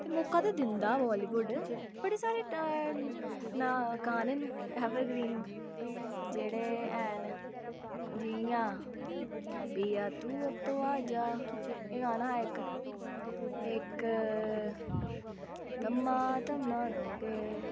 ते मौका ते दिंदा बालीबुड बड़े सारे डां न गाने न ऐवर ग्रीन जेह्ड़े हैन जियां पिया तू अब तो आ जा एह् गाना इक इक तम्मा तम्मा दोगे